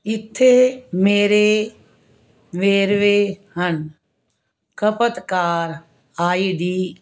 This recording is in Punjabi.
ਇੱਥੇ ਮੇਰੇ ਵੇਰਵੇ ਹਨ ਖਪਤਕਾਰ ਆਈ ਡੀ